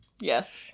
Yes